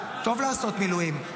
טוב לעשות מילואים,